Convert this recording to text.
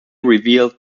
revealed